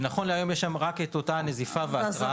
נכון להיום יש שם רק את אותה הנזיפה וההתראה,